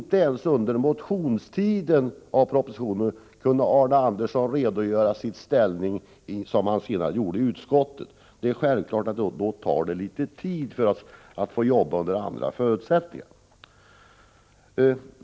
Inte ens under motionstiden i anslutning till propositionen kunde Arne Andersson redogöra för den ställning som han sedan intog i utskottet. Självfallet tar det litet tid när man tvingas arbeta under ändrade förutsättningar.